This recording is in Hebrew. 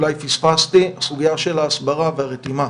אולי פספסתי הסוגיה של ההסברה והרתימה.